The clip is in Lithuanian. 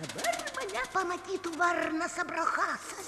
dabar mane pamatytų varnas abrachasas